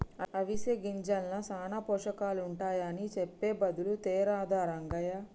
అవిసె గింజల్ల సానా పోషకాలుంటాయని సెప్పె బదులు తేరాదా రంగయ్య